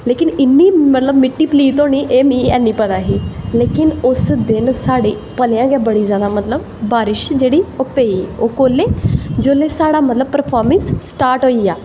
लेकिन इन्नी मिट्टी पलीत होनी एह् नी ऐहा पता उस दिन मतलव साढ़ी भलेआं गै बड़ी जादा बारिश जेह्ड़ी ओह् पेई ओह् कुसले उसले मतलव जिसले साढ़ा परफार्मिंग स्टार्ट होई गेआ